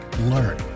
learn